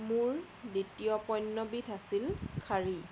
মোৰ দ্বিতীয় পণ্যবিধ আছিল শাৰী